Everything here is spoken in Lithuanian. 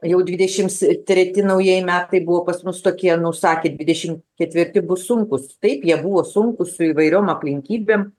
jau dvidešims treti naujieji metai buvo pas mus tokie nu sakė dvidešim ketvirti bus sunkūs taip jie buvo sunkūs su įvairiom aplinkybėm